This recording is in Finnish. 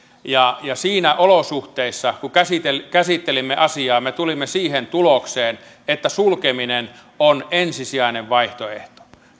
siinä olosuhteessa kun käsittelimme asiaa me tulimme siihen tulokseen että sulkeminen on ensisijainen vaihtoehto